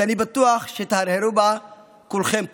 שאני בטוח שתהרהרו בה כולכם פה: